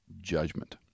judgment